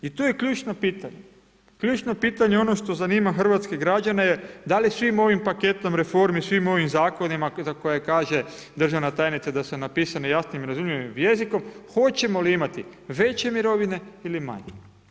I to je ključno pitanje, ključno pitanje, ono što zanima hrvatske građane, da li svim ovim paketom reformi, svim ovim zakonima, za koje kaže državna tajnica, da su napisane jasnim i razumljivim jezikom, hoćemo li imati veće mirovine ili manje.